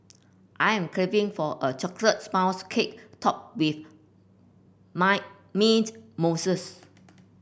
I am craving for a chocolate spouse cake topped with my mint mousses